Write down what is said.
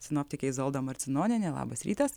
sinoptikė izolda marcinonienė labas rytas